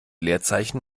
leerzeichen